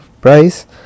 price